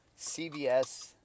CVS